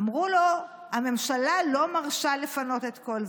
אמרו לו: הממשלה לא מרשה לפנות את כל זה.